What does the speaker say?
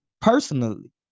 personally